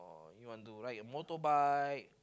ride a motorbike